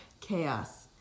Chaos